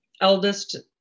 eldest